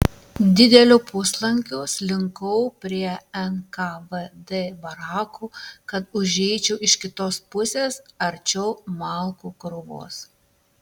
dideliu puslankiu slinkau prie nkvd barakų kad užeičiau iš kitos pusės arčiau malkų krūvos